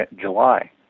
July